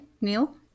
Neil